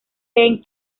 penn